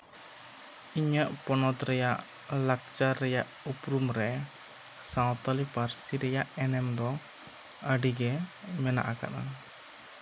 ᱤᱧᱟᱹᱜ ᱯᱚᱱᱚᱛ ᱨᱮᱭᱟᱜ ᱞᱟᱠᱪᱟᱨ ᱨᱮᱭᱟᱜ ᱩᱯᱩᱨᱩᱢ ᱨᱮ ᱥᱟᱱᱛᱟᱲᱤ ᱯᱟᱹᱨᱥᱤ ᱨᱮᱭᱟᱜ ᱮᱱᱮᱢ ᱫᱚ ᱟᱹᱰᱤ ᱜᱮ ᱢᱮᱱᱟᱜ ᱟᱠᱟᱫᱼᱟ